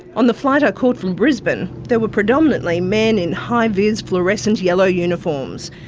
on the flight i caught from brisbane there were predominantly men in high-vis fluorescent yellow uniforms.